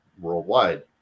worldwide